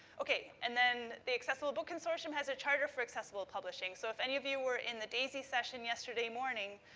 okay. and then the accessible book consortium has a charter for accessible publishing. so, if any of you were in the daisy session yesterday morning,